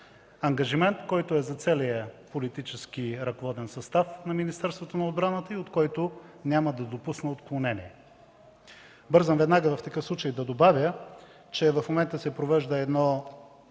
ангажимент, който е за целия политически ръководен състав на Министерството на отбраната и от който няма да допусна отклонение. Бързам веднага да кажа, че в момента се провежда